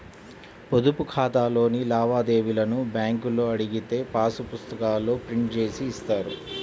పొదుపు ఖాతాలోని లావాదేవీలను బ్యేంకులో అడిగితే పాసు పుస్తకాల్లో ప్రింట్ జేసి ఇస్తారు